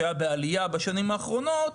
שהיה בעלייה בשנים האחרונות,